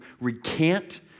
recant